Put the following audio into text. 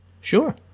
Sure